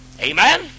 Amen